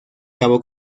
cabo